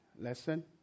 Lesson